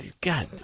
God